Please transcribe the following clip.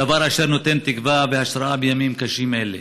דבר אשר נותן תקווה והשראה בימים קשים אלה.